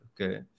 okay